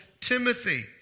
Timothy